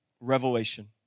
revelation